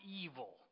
evil